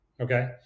okay